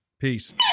Peace